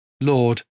Lord